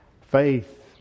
Faith